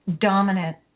dominant